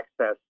access